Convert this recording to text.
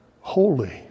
holy